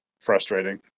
frustrating